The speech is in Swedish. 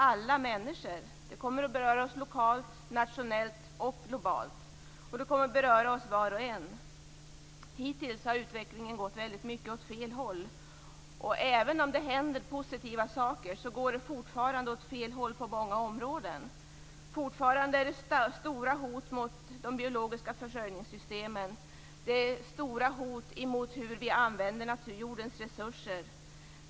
Alla människor kommer att beröras - lokalt, nationellt och globalt. Vi kommer att beröras var och en. Hittills har utvecklingen gått åt fel håll. Även om det händer positiva saker, går det fortfarande åt fel håll på många områden. Fortfarande råder stora hot mot de biologiska försörjningssystemen. Det är stora hot mot hur jordens resurser används.